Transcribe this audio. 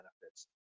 benefits